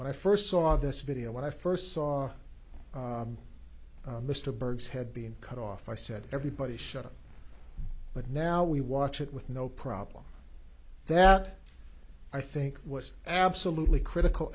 when i first saw this video when i first saw mr berg's had been cut off i said everybody shut up but now we watch it with no problem that i think was absolutely critical